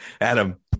Adam